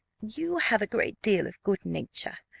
you have a great deal of good-nature,